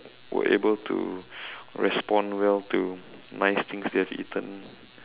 were able to respond well to nice things they have eaten